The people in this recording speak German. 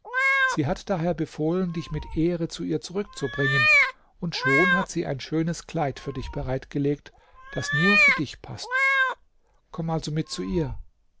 sie hat daher befohlen dich mit ehre zu ihr zurückzubringen und schon hat sie ein schönes kleid für dich bereitgelegt das nur für dich paßt komm also mit zu ihr